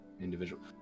individual